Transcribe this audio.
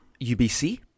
UBC